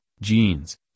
jeans